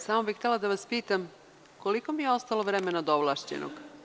Samo bih htela da vas pitam, koliko mi je ostalo vremena od ovlašćenog?